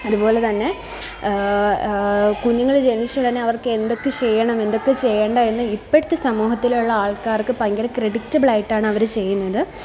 അതുപോലെ തന്നെ കുഞ്ഞുങ്ങള് ജനിച്ചയുടനെ അവര്ക്ക് എന്തൊക്കെ ചെയ്യണം എന്തൊക്കെ ചെയ്യേണ്ടായെന്ന് ഇപ്പോഴത്തെ സമൂഹത്തിലുള്ള ആള്ക്കാര്ക്ക് ഭയങ്കരം ക്രെഡിറ്റബിള് ആയിട്ടാണ് അവര് ചെയ്യുന്നത്